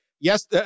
yes